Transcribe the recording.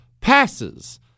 passes